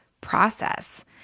process